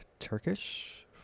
Turkish